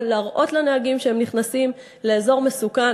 להראות לנהגים שהם נכנסים לאזור מסוכן,